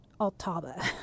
Altaba